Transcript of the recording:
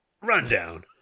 rundown